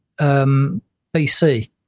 BC